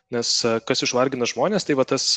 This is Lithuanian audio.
nes kas išvargina žmones tai va tas